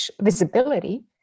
visibility